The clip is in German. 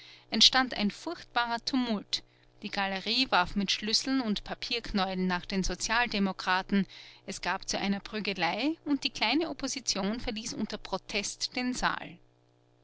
entstand ein furchtbarer tumult die galerie warf mit schlüsseln und papierknäueln nach den sozialdemokraten es kam zu einer prügelei und die kleine opposition verließ unter protest den saal